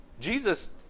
Jesus